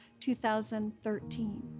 2013